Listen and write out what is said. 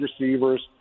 receivers